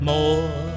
More